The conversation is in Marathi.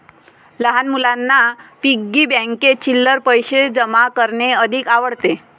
लहान मुलांना पिग्गी बँकेत चिल्लर पैशे जमा करणे अधिक आवडते